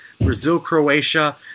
Brazil-Croatia